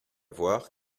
voir